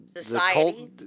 Society